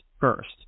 first